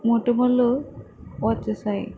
మొటిమలు వచ్చేసాయి